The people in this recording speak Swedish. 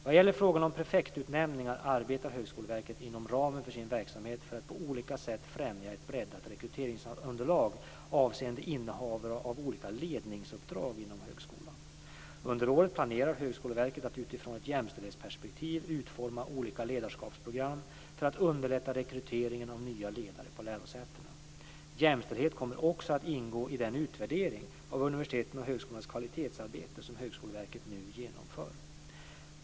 Vad gäller frågan om prefektutnämningar arbetar Högskoleverket inom ramen för sin verksamhet för att på olika sätt främja ett breddat rekryteringsunderlag avseende innehavare av olika ledningsuppdrag inom högskolan. Under året planerar Högskoleverket att utifrån ett jämställdhetsperspektiv utforma olika ledarskapsprogram för att underlätta rekryteringen av nya ledare på lärosätena. Jämställdhet kommer också att ingå i den utvärdering av universitetens och högskolornas kvalitetsarbete som Högskoleverket nu genomför.